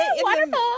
Wonderful